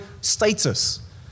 status